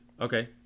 Okay